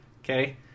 okay